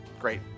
Great